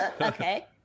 okay